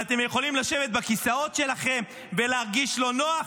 ואתם יכולים לשבת על הכיסאות שלכם ולהרגיש לא נוח,